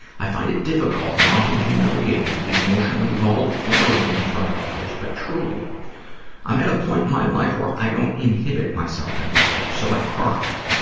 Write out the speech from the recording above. i find it difficult and often humiliating to be emotionally vulnerable in front of others, but truly i'm at a point in my life when i don't inhibit myself anymore, so i cried.